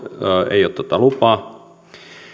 ei ole tuota lupaa